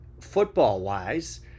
football-wise